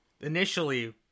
initially